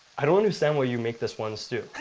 i don't understand why you make this one stew.